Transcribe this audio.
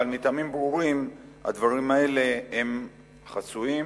אבל מטעמים ברורים הדברים האלה חסויים